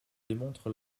démontre